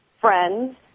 friends